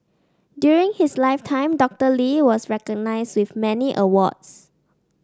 during his lifetime Doctor Lee was recognised with many awards